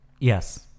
yes